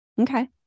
Okay